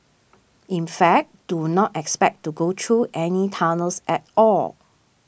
in fact do not expect to go through any tunnels at all